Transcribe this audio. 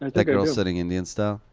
and that girl sitting indian-style.